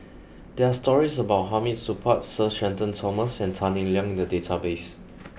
there are stories about Hamid Supaat Sir Shenton Thomas and Tan Eng Liang in the database